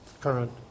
current